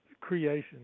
creation